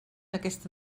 aquesta